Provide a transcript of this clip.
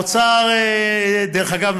דרך אגב,